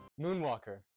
moonwalker